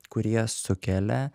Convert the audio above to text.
kurie sukelia